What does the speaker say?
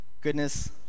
goodness